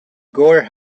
gore